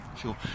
Sure